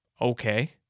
Okay